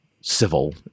civil